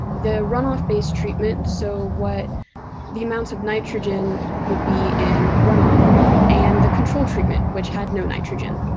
the runoff based treatment. so what the amounts of nitrogen would be in runoff and the control treatment, which had no nitrogen.